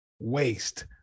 waste